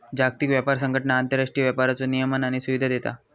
जागतिक व्यापार संघटना आंतरराष्ट्रीय व्यापाराचो नियमन आणि सुविधा देता